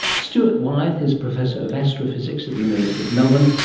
stuart wyithe is professor of astrophysics at the university of melbourne,